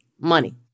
money